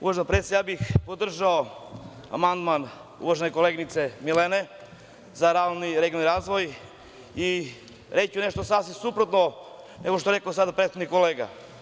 Uvažena predsednice, ja bih podržao amandman uvažene koleginice Milene za ravnomerni regionalni razvoj i reći ću nešto sasvim suprotno nego što je rekao sada prethodni kolega.